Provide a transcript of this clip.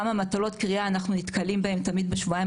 גם המטלות קריאה אנחנו נתקלים בהם תמיד בשבועיים